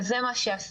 וזה מה שעשינו,